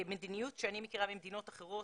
מדיניות שאני מכירה ממדינות אחרות,